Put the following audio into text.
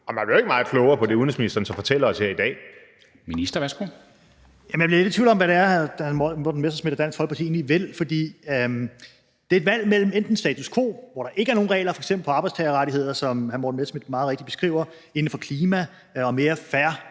Ministeren. Værsgo. Kl. 13:14 Udenrigsministeren (Jeppe Kofod): Jeg bliver lidt i tvivl om, hvad det er, hr. Morten Messerschmidt og Dansk Folkeparti egentlig vil. For det er et valg mellem enten status quo, hvor der ikke er nogen regler for f.eks. arbejdstagerrettigheder, som hr. Morten Messerschmidt meget rigtigt beskriver – inden for klima, mere fair